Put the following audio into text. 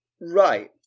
Right